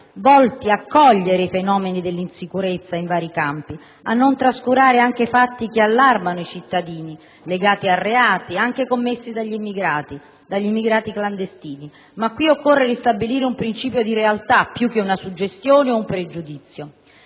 volti a cogliere i fenomeni dell'insicurezza in vari campi, a non trascurare fatti che allarmano i cittadini, legati a reati commessi dagli immigrati, anche clandestini. Qui, però, occorre ristabilire un principio di realtà, più che una suggestione o un pregiudizio.